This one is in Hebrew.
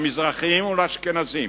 למזרחיים ולאשכנזים,